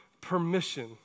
Permission